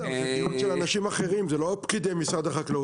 אנחנו חושבים שהניצול הקרקעי טמון במתקנים משולבים.